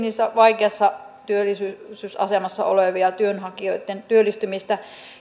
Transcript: vaikeassa työllisyysasemassa olevien työnhakijoitten työllistymistä